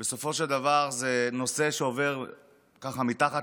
בסופו של דבר זה נושא שעובר ככה מתחת